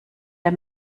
der